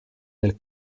del